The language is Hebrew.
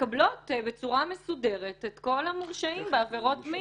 מקבלת בצורה מסודרת את כל המורשעים בעבירות מין,